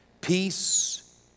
Peace